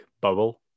bubble